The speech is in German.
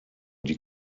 die